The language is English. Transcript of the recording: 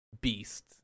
beast